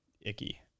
icky